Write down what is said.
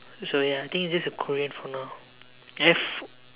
so ya I think it's just the Korean for now have